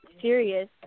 serious